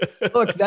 Look